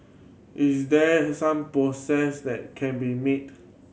is there some process that can be made